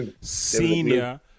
senior